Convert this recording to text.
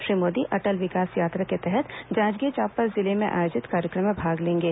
श्री मोदी अटल विकास यात्रा के तहत जांजगीर चांपा जिले में आयोजित कार्यक्रम में भाग लेंगे